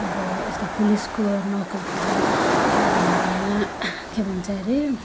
अब यस्तो पुलिसको नोकरीतिर अनि भएन के भन्छ अरे